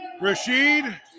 Rashid